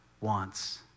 wants